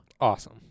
Awesome